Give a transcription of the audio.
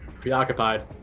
preoccupied